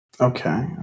okay